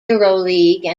euroleague